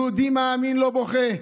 יהודי מאמין לא בוכה,